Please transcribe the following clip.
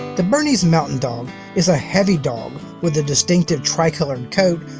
the bernese mountain dog is a heavy dog with a distinctive tri-colored coat,